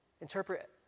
interpret